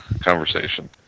conversation